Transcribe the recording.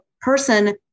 person